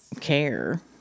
care